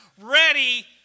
ready